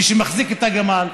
מי שמחזיק את הגמל,